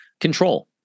control